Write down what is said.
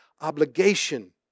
obligation